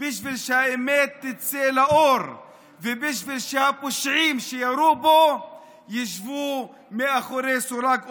בשביל שהאמת תצא לאור ובשביל שהפושעים שירו בו ישבו מאחורי סורג ובריח.